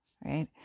right